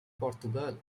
portugal